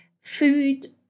food